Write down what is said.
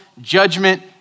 judgment